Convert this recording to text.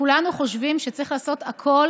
כולנו חושבים שצריך לעשות הכול